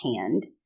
hand